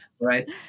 right